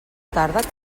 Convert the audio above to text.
tarda